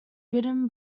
written